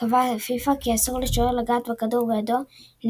קבעה פיפ"א כי אסור לשוער לגעת בכדור בידו אם